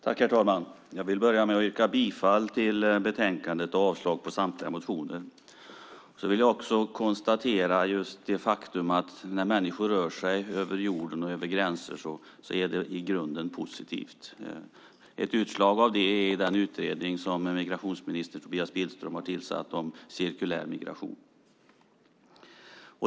Herr talman! Jag börjar med att yrka bifall till förslaget i utskottets betänkande och avslag på samtliga motioner. Jag vill också konstatera att när människor rör sig över jorden och över gränser är det i grunden positivt. Ett utslag av det är den utredning som migrationsminister Tobias Billström har tillsatt om cirkulär migration.